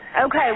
Okay